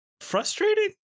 frustrating